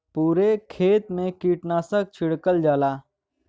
पुरे खेत मे कीटनाशक छिड़कल जाला